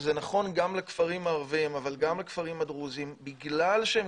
זה נכון גם לכפרים ערביים אבל גם לכפרים הדרוזיים בגלל שהם